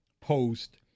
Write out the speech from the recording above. post